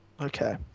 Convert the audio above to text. Okay